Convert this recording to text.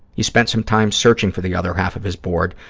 he spent some time searching for the other half of his board,